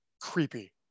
creepy